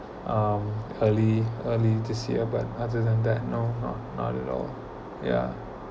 um early early this year but other than that no no not not at all yeah